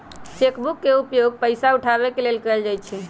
cheque book के उपयोग पइसा उठाबे के लेल कएल जाइ छइ